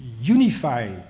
unify